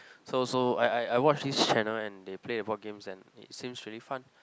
so so I I I watch this channel and they play a board games and it seems really fun